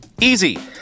Easy